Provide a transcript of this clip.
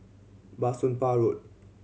Bah Soon Pah Road